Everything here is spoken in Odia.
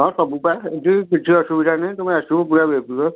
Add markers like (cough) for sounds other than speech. ହଁ ସବୁ ଏଇଠି କିଛି ଅସୁବିଧା ନାହିଁ ତମେ ଆସିବ ପୂରା (unintelligible)